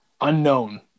unknown